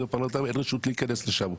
הפרלמנטריים אין רשות להיכנס לשם.